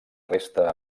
resta